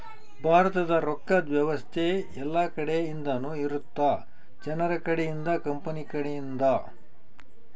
ಭಾರತದ ರೊಕ್ಕದ್ ವ್ಯವಸ್ತೆ ಯೆಲ್ಲ ಕಡೆ ಇಂದನು ಇರುತ್ತ ಜನರ ಕಡೆ ಇಂದ ಕಂಪನಿ ಕಡೆ ಇಂದ